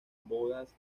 bodas